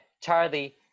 charlie